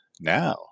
now